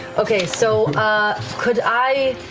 okay, so could i